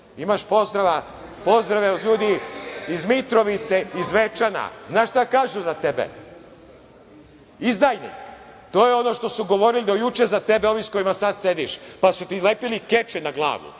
Imaš pozdrave od ljudi iz Mitrovice i Zvečana. Znaš šta kažu za tebe? Izdajnik. To je ono što su govorili do juče za tebe ovi sa kojima sada sediš, pa su ti lepili keče na glavu,